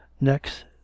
next